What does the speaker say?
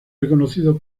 reconocido